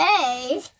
Hey